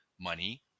money